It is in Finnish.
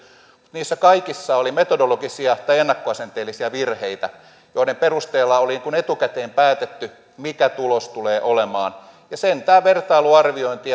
niissä kaikissa oli metodologisia tai ennakkoasenteellisia virheitä joiden perusteella oli niin kuin etukäteen päätetty mikä tulos tulee olemaan ja sen tämä vertailuarviointi